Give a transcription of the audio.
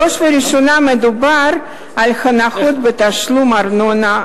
בראש ובראשונה מדובר על הנחות בתשלום הארנונה,